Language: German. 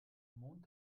mond